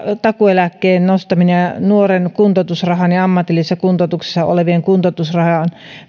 takuueläkkeen nostaminen ja ja korotus nuoren kuntoutusrahan ja ammatillisessa kuntoutuksessa olevien kuntoutusrahan